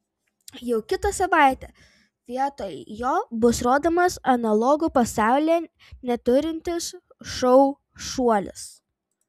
jau kitą savaitę vietoj jo bus rodomas analogų pasaulyje neturintis šou šuolis